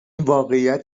واقعیت